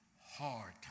hard